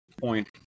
point